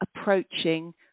approaching